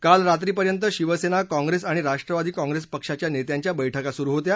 काल रात्री पर्यंत शिवसेना काँप्रेस आणि राष्ट्रवादी काँप्रेस पक्षाच्या नेत्यांच्या बैठका सुरु होत्या